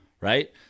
Right